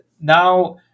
now